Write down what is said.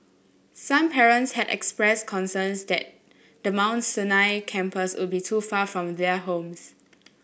some parents had expressed concerns that the Mount Sinai campus would be too far from their homes